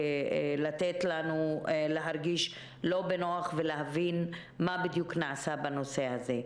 לתת לנו להרגיש לא בנוח ולהבין מה בדיוק נעשה בנושא הזה.